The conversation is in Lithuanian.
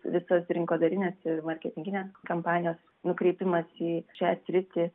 visos rinkodarinės ir marketinginės kampanijos nukreipimas į šią sritį